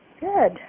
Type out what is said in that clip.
Good